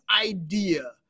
idea